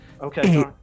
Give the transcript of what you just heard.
Okay